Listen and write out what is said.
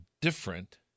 different